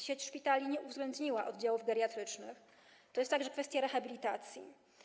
Sieć szpitali nie uwzględniła oddziałów geriatrycznych, to jest także kwestia rehabilitacji.